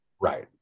right